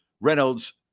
Reynolds